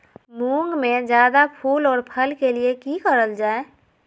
मुंग में जायदा फूल और फल के लिए की करल जाय?